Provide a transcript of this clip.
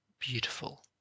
Beautiful